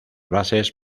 bases